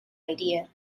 idea